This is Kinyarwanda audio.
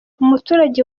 umuturage